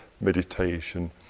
meditation